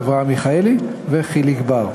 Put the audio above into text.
אברהם מיכאלי וחיליק בר.